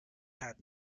had